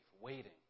waiting